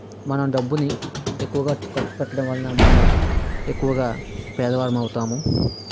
మనము డబ్బుని ఎక్కువగా ఖర్చు పెట్టడం వలన మనము ఎక్కువగా పేదవారము అవుతాము